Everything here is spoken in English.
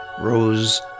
rose